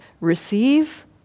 receive